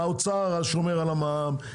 האוצר שומר על המע"מ,